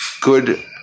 good